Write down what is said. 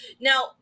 Now